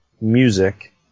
music